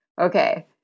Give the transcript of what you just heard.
Okay